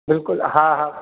बिल्कुल हा हा